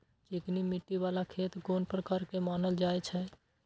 चिकनी मिट्टी बाला खेत कोन प्रकार के मानल जाय छै?